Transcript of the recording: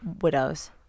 widows